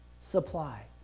supply